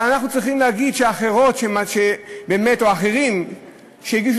אבל אנחנו צריכים להגיד שאחרות או אחרים שבאמת הגישו